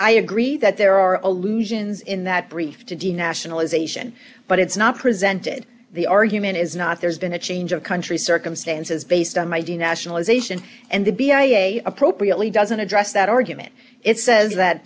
i agree that there are allusions in that brief to the nationalisation but it's not presented the argument is not there's been a change of country circumstances based on my d nationalisation and the b i a appropriately doesn't address that argument it says that